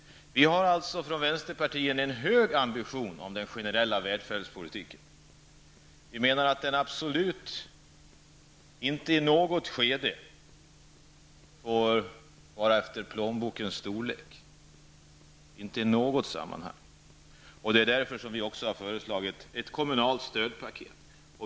Vi i vänsterpartiet har stora ambitioner när det gäller den generella välfärdspolitiken. Vi menar att plånbokens storlek absolut inte i något skede eller i något sammanhang får vara avgörande. Det är därför som vi föreslår ett kommunalt stödpaket.